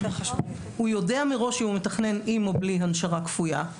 הוא יודע שהוא מתכנן מראש עם או בלי הנשרה כפויה.